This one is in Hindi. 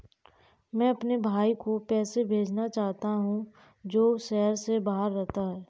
मैं अपने भाई को पैसे भेजना चाहता हूँ जो शहर से बाहर रहता है